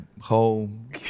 home